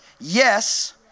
Yes